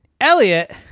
Elliot